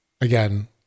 again